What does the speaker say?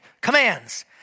commands